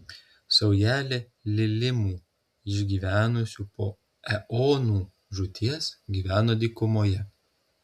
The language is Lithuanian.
saujelė lilimų išgyvenusių po eonų žūties gyveno dykumoje